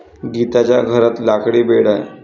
गीताच्या घरात लाकडी बेड आहे